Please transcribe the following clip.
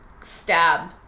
stab